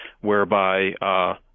whereby